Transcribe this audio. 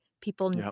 People